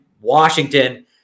Washington